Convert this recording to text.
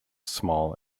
small